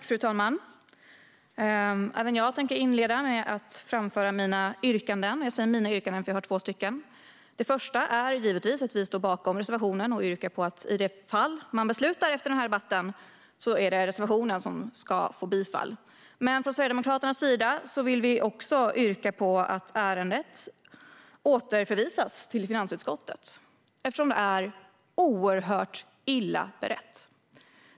Fru talman! Även jag tänker inleda med att framföra mina två yrkanden. Det första är givetvis att vi står bakom reservationen och yrkar bifall till den i det fall man ska fatta beslut efter den här debatten. Men för Sverigedemokraternas del vill jag också yrka på att ärendet återförvisas till finansutskottet eftersom det är oerhört illa berett.